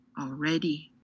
already